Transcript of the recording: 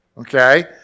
okay